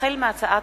החל בהצעת